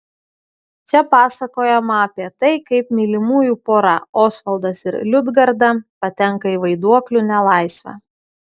čia pasakojama apie tai kaip mylimųjų pora osvaldas ir liudgarda patenka į vaiduoklių nelaisvę